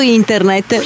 internet